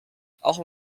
auch